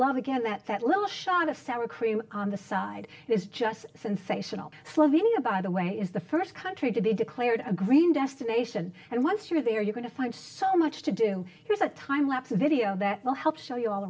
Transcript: love again that that little shot of sour cream on the side is just sensational slovenia by the way is the first country to be declared a green destination and once you're there you're going to find so much to do here is a time lapse video that will help show you